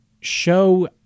show